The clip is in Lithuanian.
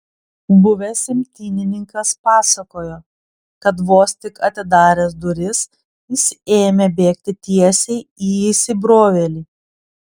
buvęs imtynininkas pasakojo kad vos tik atidaręs duris jis ėmė bėgti tiesiai į įsibrovėlį